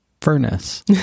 furnace